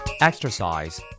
Exercise